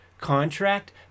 contract